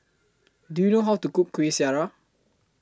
Do YOU know How to Cook Kueh Syara